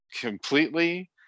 completely